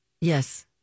Yes